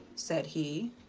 said he.